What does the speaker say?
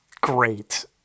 great